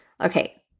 Okay